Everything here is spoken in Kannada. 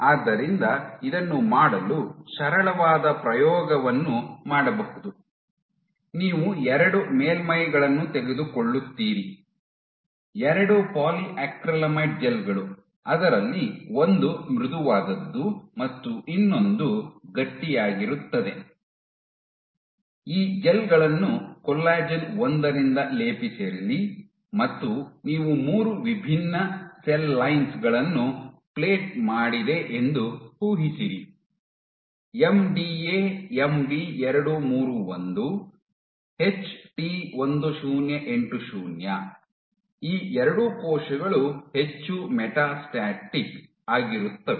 ಆದ್ದರಿಂದ ಇದನ್ನು ಮಾಡಲು ಸರಳವಾದ ಪ್ರಯೋಗವನ್ನು ಮಾಡಬಹುದು ನೀವು ಎರಡು ಮೇಲ್ಮೈಗಳನ್ನು ತೆಗೆದುಕೊಳ್ಳುತ್ತೀರಿ ಎರಡು ಪಾಲಿಯಾಕ್ರಿಲಾಮೈಡ್ ಜೆಲ್ ಗಳು ಅದರಲ್ಲಿ ಒಂದು ಮೃದುವಾದದ್ದು ಮತ್ತು ಇನ್ನೊಂದು ಗಟ್ಟಿಯಾಗಿರುತ್ತದೆ ಈ ಜೆಲ್ ಗಳನ್ನು ಕೊಲ್ಲಾಜೆನ್ ಒಂದರಿಂದ ಲೇಪಿಸಿರಲಿ ಮತ್ತು ನೀವು ಮೂರು ವಿಭಿನ್ನ ಸೆಲ್ಲೈನ್ ಗಳನ್ನು ಪ್ಲೇಟ್ ಮಾಡಿದೆ ಎಂದು ಊಹಿಸಿರಿ ಎಂಡಿಎ ಎಂಬಿ 231 ಎಚ್ಟಿ 1080 ಈ ಎರಡೂ ಕೋಶಗಳು ಹೆಚ್ಚು ಮೆಟಾಸ್ಟಾಟಿಕ್ ಆಗಿರುತ್ತವೆ